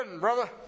brother